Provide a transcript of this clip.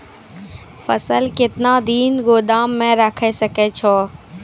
फसल केतना दिन गोदाम मे राखै सकै छौ?